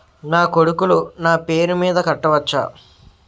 నా కొడుకులు నా పేరి మీద కట్ట వచ్చా?